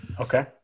Okay